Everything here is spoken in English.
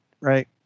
right